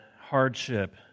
hardship